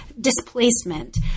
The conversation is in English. Displacement